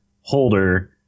holder